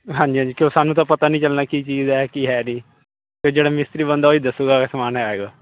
ਹਾਂਜੀ ਹਾਂਜੀ ਕਿਓਂ ਸਾਨੂੰ ਤਾਂ ਪਤਾ ਨਹੀਂ ਚੱਲਣਾ ਕੀ ਚੀਜ਼ ਹੈ ਕੀ ਹੈ ਨਹੀਂ ਅਤੇ ਜਿਹੜਾ ਮਿਸਤਰੀ ਬੰਦਾ ਉਹ ਹੀ ਦੱਸੂਗਾ ਸਮਾਨ ਇਹ ਹੈਗਾ